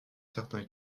certains